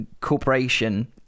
corporation